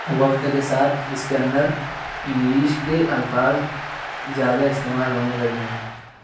وقت کے ساتھ اس کے اندر انگلش کے الفاظ زیادہ استعمال ہونے لگے ہیں